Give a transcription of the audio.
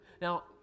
Now